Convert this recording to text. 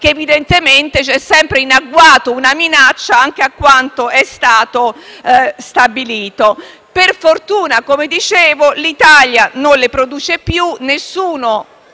per dire che è sempre in agguato una minaccia anche a quanto è stato stabilito. Per fortuna - come già detto - l'Italia non le produce più e nessuno